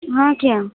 हाँ क्या